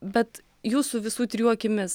bet jūsų visų trijų akimis